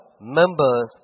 members